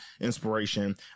inspiration